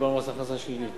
דיברנו על מס הכנסה שלילי.